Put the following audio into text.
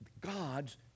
God's